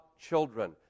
children